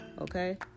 Okay